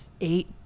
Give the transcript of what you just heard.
eight